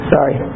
Sorry